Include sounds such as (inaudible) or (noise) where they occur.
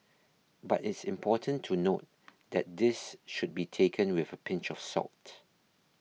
but it's important to note (noise) that this should be taken with a pinch of salt